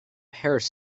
parish